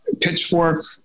Pitchfork